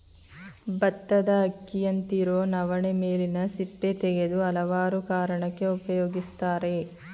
ಬತ್ತದ ಅಕ್ಕಿಯಂತಿರೊ ನವಣೆ ಮೇಲಿನ ಸಿಪ್ಪೆ ತೆಗೆದು ಹಲವಾರು ಕಾರಣಕ್ಕೆ ಉಪಯೋಗಿಸ್ತರೆ